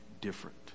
different